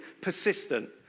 persistent